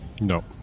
No